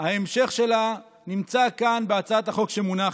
וההמשך שלה נמצא כאן, בהצעת החוק שמונחת,